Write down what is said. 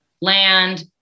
land